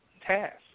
task